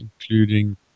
including